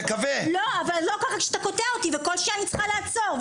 אבל לא ככה כשאתה קוטע אותי וכל שנייה אני צריכה לעצור.